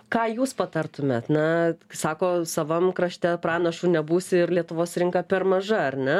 ką jūs patartumėt na sako savam krašte pranašu nebūsi ir lietuvos rinka per maža ar ne